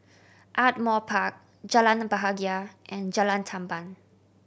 Ardmore Park Jalan Bahagia and Jalan Tamban